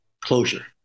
closure